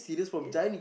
ya